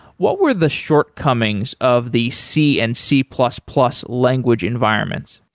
what were the shortcomings of the c and c plus plus language environments?